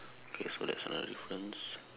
okay so that's another difference